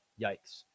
yikes